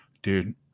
Dude